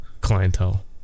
clientele